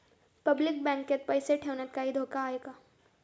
Public बँकेत पैसे ठेवण्यात काही धोका आहे का?